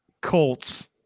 Colts